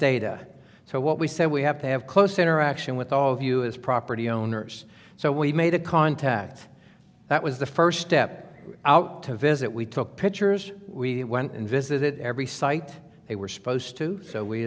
data so what we said we have to have close interaction with all of you is property owners so we made a contact that was the first step out to visit we took pictures we went and visited every site they were supposed to so we